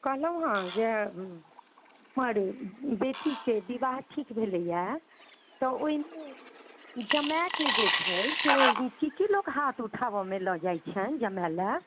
कहलहुँ हँ जे हमर बेटीके विवाह ठीक भेलैया तऽ ओहिमे जमाएके जे छै से की की लोक हाथ ऊठाबमे लए जाइत छनि जमाए लए